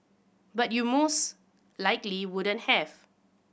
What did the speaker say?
but you most likely wouldn't have